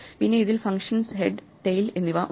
പിന്നെ ഇതിൽ functions head tail എന്നിവ ഉണ്ട്